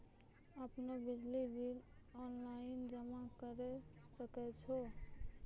आपनौ बिजली bill online जमा करै सकै छौ?